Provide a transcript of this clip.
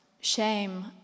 shame